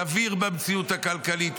סביר במציאות הכלכלית,